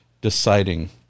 deciding